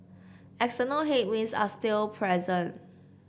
external headwinds are still present